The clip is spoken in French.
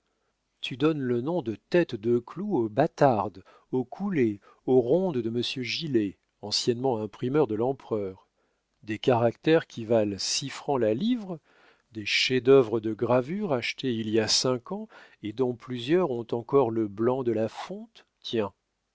tu donnes le nom de têtes de clous aux bâtardes aux coulées aux rondes de monsieur gillé anciennement imprimeur de l'empereur des caractères qui valent six francs la livre des chefs-d'œuvre de gravure achetés il y a cinq ans et dont plusieurs ont encore le blanc de la fonte tiens